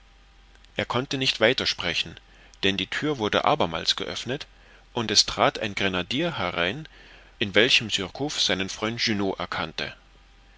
er konnte nicht weiter sprechen denn die thür wurde abermals geöffnet und es trat ein grenadier herein in welchem surcouf seinen freund junot erkannte